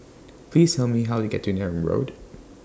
Please Tell Me How to get to Neram Road